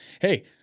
hey